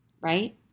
right